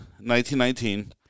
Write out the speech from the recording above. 1919